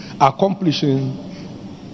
Accomplishing